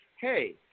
hey